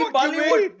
Bollywood